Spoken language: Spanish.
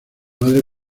madre